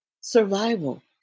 survival